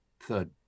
third